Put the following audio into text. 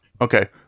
okay